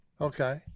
Okay